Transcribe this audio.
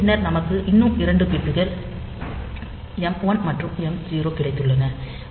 பின்னர் நமக்கு இன்னும் 2 பிட்கள் மீ 1 மற்றும் மீ 0 கிடைத்துள்ளன